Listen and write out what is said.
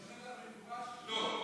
אני אומר לך במפורש לא.